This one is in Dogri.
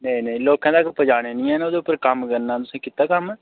नेईं नेईं लोकें तगर पजाने नेंई हैन ओह्दे पर कम्म करना तुसें कीता कम्म